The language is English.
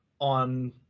on